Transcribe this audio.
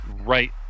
right